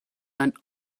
ein